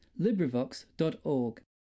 LibriVox.org